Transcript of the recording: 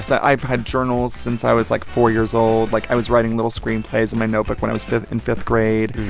so i've had journals since i was, like, four years old. like, i was writing little screenplays in my notebook when i was in fifth grade.